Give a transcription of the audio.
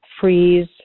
freeze